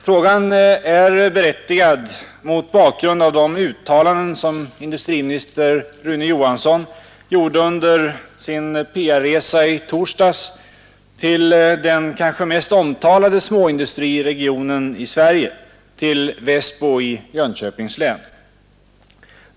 Frågan är berättigad mot bakgrund av de uttalanden som industriminister Rune Johansson gjorde under sin PR-resa i torsdags till den kanske mest omtalade småindustriregionen i Sverige — till Västbo i Jönköpings län.